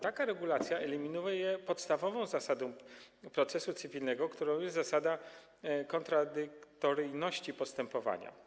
Taka regulacja eliminuje podstawową zasadę procesu cywilnego, którą jest zasada kontradyktoryjności postępowania.